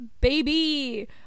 baby